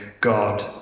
God